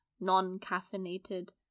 non-caffeinated